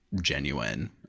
genuine